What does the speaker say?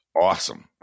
awesome